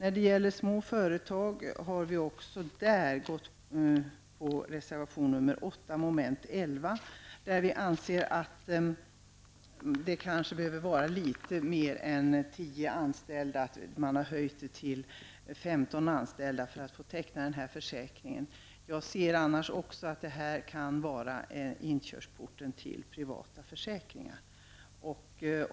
Frågan om försäkring för små företag behandlas i reservation nr 8 . Vi anser att avgränsningen av de företag som skall få teckna den aktuella försäkringen skall göras på en något högre nivå än vid 10 anställda och har begärt att gränsen skall ligga vid 15 anställda. Jag menar att vi annars kan få en inkörsport till privata försäkringar.